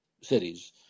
cities